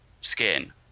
skin